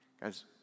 Guys